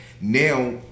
Now